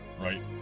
right